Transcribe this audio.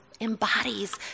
embodies